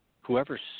whoever